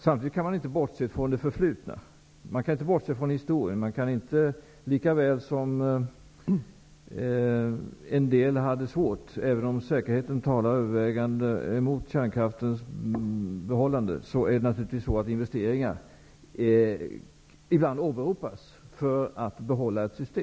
Samtidigt kan man inte bortse från historien, från det förflutna. Gjorda investeringar åberopas ibland för att man skall behålla ett system. Det kan t.ex. gälla kärnkraften, där säkerheten ändå talar övervägande emot ett behållande.